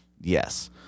Yes